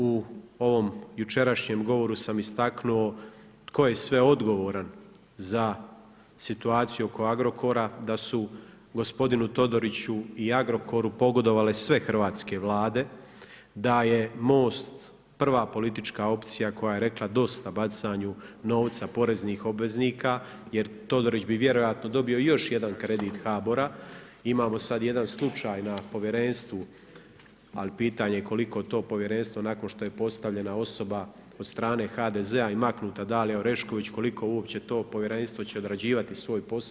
U ovom jučerašnjem govoru sam istaknuo tko je sve odgovoran za situaciju oko Agrokora, da su gospodinu Todoriću i Agrokoru pogodovale sve hrvatske vlade, da je MOST prva politička opcija koja je rekla dosta bacanju novca poreznih obveznika ,jer Todorić bi vjerojatno dobio još jedan kredit HABORA, imamo sad jedan slučaj na povjerenstvu, ali pitanje koliko to povjerenstvo nakon što je postavljena osoba od strane HDZ-a i maknuta Dalija Orešković, koliko uopće to povjerenstvo će odrađivati svoj posao.